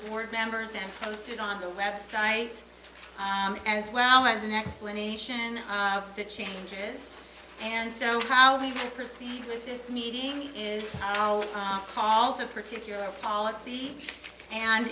board members and posted on the website as well as an explanation of the changes and so how we would proceed with this meeting is now called the particular policy and